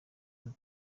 ati